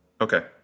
Okay